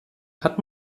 hat